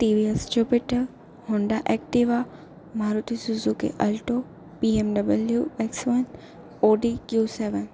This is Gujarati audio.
TVS Jupiter Honda Activa Maruti Suzuki Alto BMW X one Audi Q seven